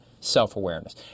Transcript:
self-awareness